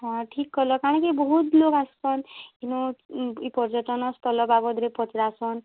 ହଁ ଠିକ୍ କହେଲ କାଣା କି ବହୁତ୍ ଲୋକ୍ ଆସୁଚନ୍ ଇନୁ ଇ ପର୍ଯ୍ୟଟନ ସ୍ଥଲ ବାବଦ୍ରେ ପଚ୍ରାସନ୍